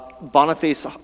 Boniface